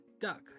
duck